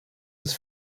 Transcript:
het